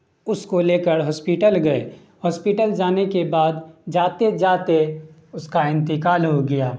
اس کو لے کر ہاسپیٹل گئے ہاسپیٹل جانے کے بعد جاتے جاتے اس کا انتقال ہو گیا